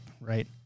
right